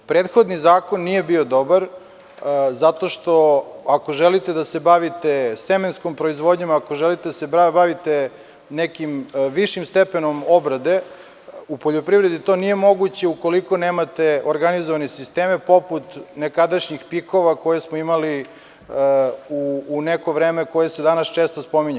Prethodni zakon nije bio dobar zato što, ako želite da se bavite semenskom proizvodnjom, ako želite da se bavite nekim višim stepenom obrade u poljoprivredi, to nije moguće ukoliko nemate organizovane sisteme poput nekadašnjih PIK-ova, koje smo imali u neko vreme, koje se danas često spominje.